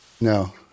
No